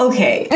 Okay